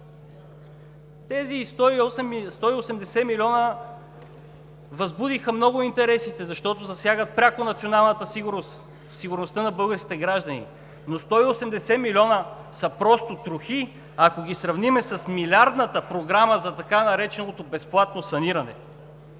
Тези 180 милиона възбудиха много интересите, защото засягат пряко националната сигурност, сигурността на българските граждани. Но 180 милиона са просто трохи, ако ги сравним с милиардната програма за така нареченото „безплатно саниране“.